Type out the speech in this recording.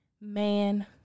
man